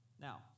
Now